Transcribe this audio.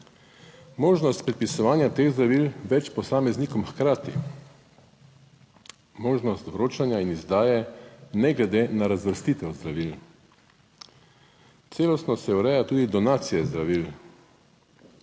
možnost predpisovanja teh zdravil več posameznikom hkrati, možnost vročanja in izdaje ne glede na razvrstitev zdravil. Celostno se ureja tudi donacije zdravil.